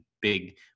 big